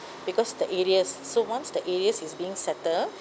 because the arrears so once the arrears is being settled